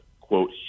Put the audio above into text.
quote